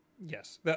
Yes